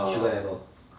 sugar level